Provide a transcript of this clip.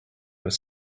was